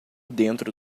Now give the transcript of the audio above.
dentro